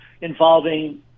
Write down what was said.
involving